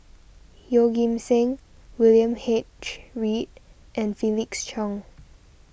Yeoh Ghim Seng William H Read and Felix Cheong